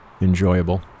enjoyable